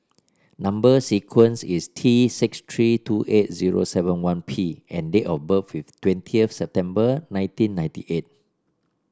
number sequence is T six three two eight zero seven one P and date of birth is twentieth September nineteen ninety eight